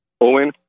Owen